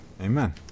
Amen